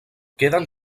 queden